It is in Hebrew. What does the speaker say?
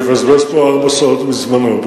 ויבזבז פה ארבע שעות מזמנו.